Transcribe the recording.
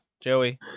Joey